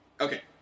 Okay